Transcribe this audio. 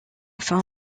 fin